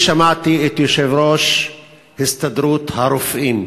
אני שמעתי את יושב-ראש הסתדרות הרופאים,